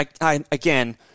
Again